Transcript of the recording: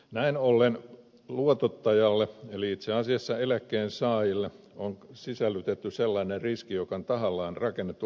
näin ollen luotottajalle eli itse asiassa eläkkeensaajille on sisällytetty sellainen riski joka on tahallaan rakennettu harhaanjohtavaksi